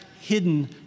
hidden